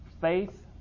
faith